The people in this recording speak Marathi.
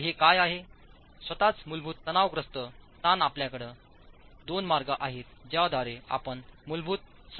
तर हे काय आहे स्वतःच मूलभूत तणावग्रस्त ताण आपल्याकडे दोन मार्ग आहेत ज्याद्वारे आपण मूलभूत संकुचित तणावावर येऊ शकता